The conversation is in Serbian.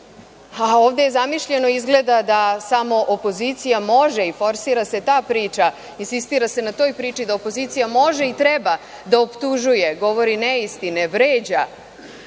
a ovde ja zamišljeno izgleda da samo opozicija može i forsira se ta priča, insistira se na toj priči da opozicija može i treba da optužuje, govori neistine, vređa